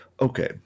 okay